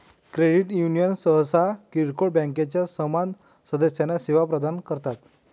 credit union सहसा किरकोळ बँकांच्या समान सदस्यांना सेवा प्रदान करतात